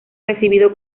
recibido